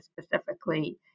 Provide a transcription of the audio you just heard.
specifically